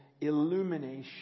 illumination